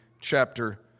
chapter